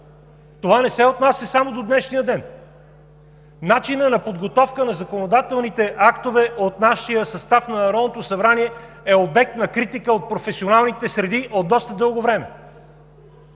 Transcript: Това не се отнася само до днешния ден. Начинът на подготовка на законодателните актове от нашия състав на Народното събрание е обект на критика от професионалните среди от доста дълго време.